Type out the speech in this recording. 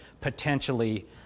potentially